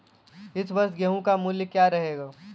इस वर्ष गेहूँ का मूल्य क्या रहेगा?